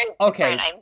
okay